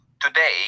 today